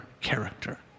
character